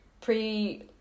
pre